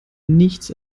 nichts